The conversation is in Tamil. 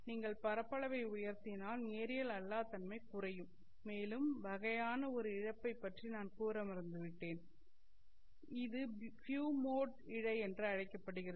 நீங்கள் பரப்பளவை உயர்த்தினால் நேரியல் அல்லா தன்மை குறையும் மேலும் வகையான ஒரு இழையை பற்றி கூற நான் மறந்துவிட்டேன் இது ஃபியூ மோட் இழை என அழைக்கப்படுகிறது